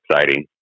exciting